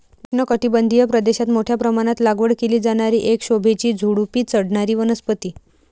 उष्णकटिबंधीय प्रदेशात मोठ्या प्रमाणात लागवड केली जाणारी एक शोभेची झुडुपी चढणारी वनस्पती